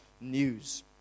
news